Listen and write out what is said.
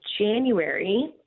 January